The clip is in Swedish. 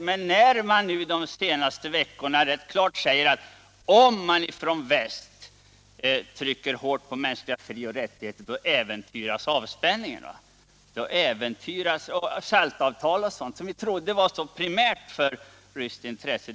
Men när det nu de senaste veckorna har sagts från Sovjet, att om man från väst trycker så hårt på mänskliga frioch rättigheter, då äventyras avspänningen? Då äventyras SALT-avtalet som vi trodde var viktigt för ryska intressen.